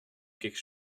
quelque